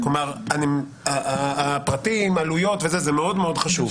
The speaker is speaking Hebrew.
הנושא של עלויות הוא מאוד חשוב.